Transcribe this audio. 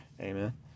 amen